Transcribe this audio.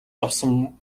авсан